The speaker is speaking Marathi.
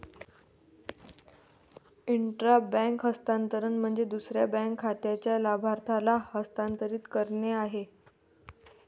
इंट्रा बँक हस्तांतरण म्हणजे दुसऱ्या बँक खात्याच्या लाभार्थ्याला हस्तांतरित करणे आहे